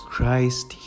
Christ